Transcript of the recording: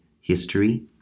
history